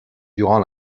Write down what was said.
durant